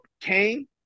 Kane